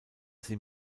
sie